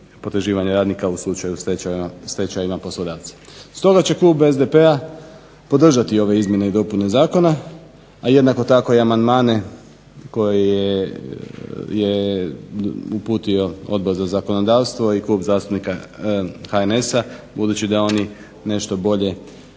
potraživanje radnika u slučaju stečaja poslodavca. Stoga će klub SDP-a podržati ove izmjene i dopune zakona, a jednako tako i amandmane koje je uputio Odbor za zakonodavstvo i Klub zastupnika HNS-a budući da oni nešto bolje